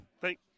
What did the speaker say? Thank